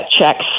checks